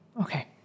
okay